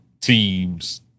teams